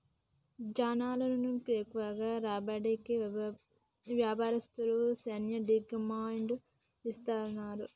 జనాలను ఎక్కువగా రాబట్టేకి వ్యాపారస్తులు శ్యానా డిస్కౌంట్ కి ఇత్తన్నారు